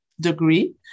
degree